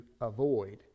avoid